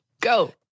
go